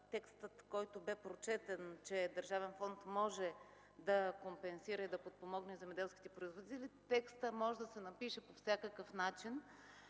текстът, който беше прочетен, че държавен фонд може да компенсира и да подпомогне земеделските производители, може да се напише по всякакъв начин.